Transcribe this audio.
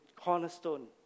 cornerstone